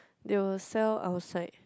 they will sell outside